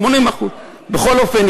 80%. בכל אופן,